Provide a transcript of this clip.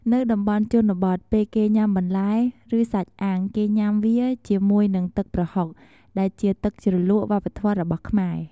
នៅតំបន់ជនបទ ពេលគេញុាំបន្លែ ឬសាច់អាំងគេញុាំវាជាមួយនឹងទឹកប្រហុក ដែលជាទឹកជ្រលក់វប្បធម៍របស់ខ្មែរ។